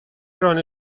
ران